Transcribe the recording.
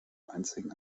einzigen